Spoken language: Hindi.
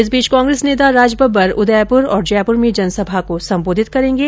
इस बीच कांग्रेस नेता राजबब्बर उदयपुर और जयपुर में जनसभा को संबोधित करेंगे